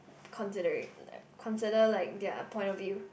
consider it like consider like their point of view